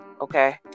okay